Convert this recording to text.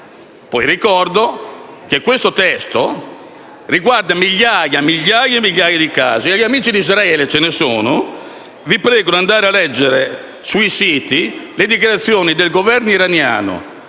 poi, che questo testo riguarda migliaia e migliaia di casi. Amici di Israele - e ce ne sono - vi prego di andare a leggere sui siti le dichiarazioni del Governo iraniano,